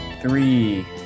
three